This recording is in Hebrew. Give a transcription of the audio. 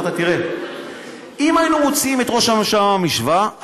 אם היינו מוציאים את ראש הממשלה מהמשוואה,